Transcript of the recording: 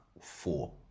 four